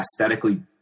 aesthetically